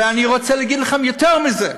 ואני רוצה להגיד לכם יותר מזה: